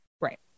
Right